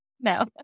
No